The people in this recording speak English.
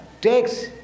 takes